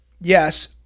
Yes